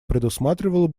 предусматривала